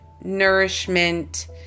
nourishment